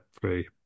three